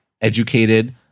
educated